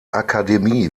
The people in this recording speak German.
akademie